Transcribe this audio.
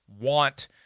want